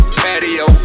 patio